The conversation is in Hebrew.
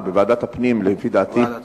בוועדת הפנים לפי דעתי.